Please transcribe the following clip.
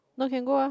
no you can go ah